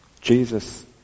Jesus